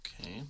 Okay